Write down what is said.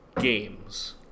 games